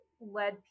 led